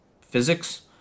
physics